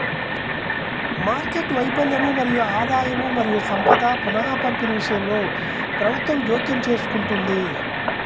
market వైఫల్యం మరియు ఆదాయం మరియు సంపద పునఃపంపిణీ విషయంలో ప్రభుత్వం జోక్యం చేసుకుంటుంది